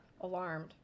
alarmed